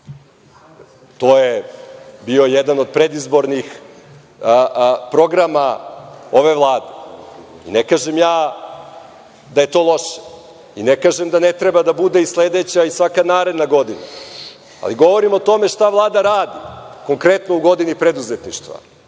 To je bio jedan od predizbornih programa ove Vlade. Ne kažem ja da je to loše i ne kažem da ne treba da bude i sledeća i svaka naredna godina, ali govorim o tome šta Vlada radi, konkretno u godini preduzetništva